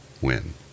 win